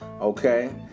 okay